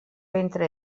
entre